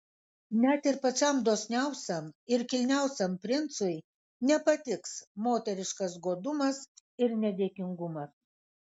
net ir pačiam dosniausiam ir kilniausiam princui nepatiks moteriškas godumas ir nedėkingumas